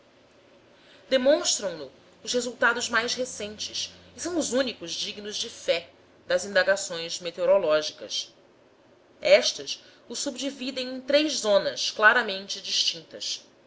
demonstram no os resultados mais recentes e são os únicos dignos de fé das indagações meteorológicas estas o subdividem em três zonas claramente distintas